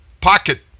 pocket